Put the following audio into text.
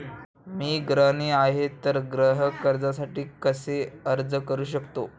मी गृहिणी आहे तर गृह कर्जासाठी कसे अर्ज करू शकते?